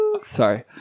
Sorry